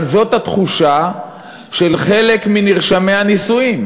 אבל זאת התחושה של חלק מנרשמי הנישואין,